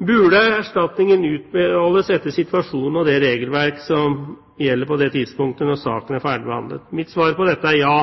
Burde erstatningen utmåles etter situasjonen og det regelverk som gjelder på det tidspunktet når saken er ferdig behandlet? Mitt svar på dette er ja.